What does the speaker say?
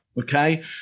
Okay